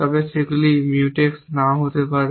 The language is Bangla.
তবে সেগুলি মিউটেক্স নাও হতে পারে